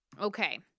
Okay